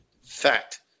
Fact